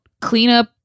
cleanup